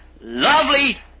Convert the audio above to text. lovely